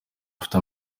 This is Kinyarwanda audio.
bifite